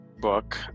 book